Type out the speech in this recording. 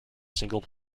single